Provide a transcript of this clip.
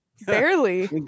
Barely